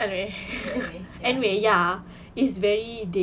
okay anyway ya ah boring